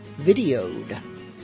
videoed